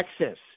Texas